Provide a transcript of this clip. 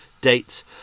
dates